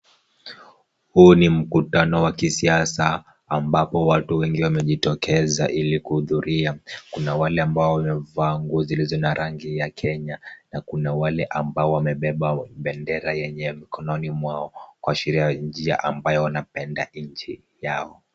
Huu ni mkutano wa kisiasa ambapo watu wengi wamejitokeza ili kuhudhuria kuna wale ambao wamevaa nguo zilizo na rangi ya Kenya na kuna wale ambao wamebeba bendera yenye mikono mirefu mikononi mwao kuashiria njia ambao wanapenda nchi yao.